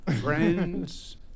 friends